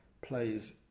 plays